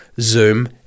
Zoom